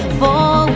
fall